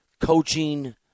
Coaching